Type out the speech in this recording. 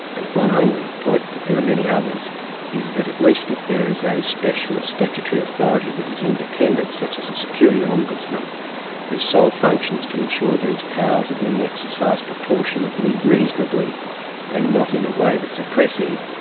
and one only, point but there are many others is that at least if there is a specialist statutory authority that is independent, such as a security ombudsman whose sole function is to ensure these powers are being exercised proportionately, reasonably and not in a way that's oppressive,